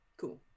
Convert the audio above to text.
Cool